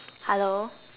hello